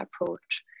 approach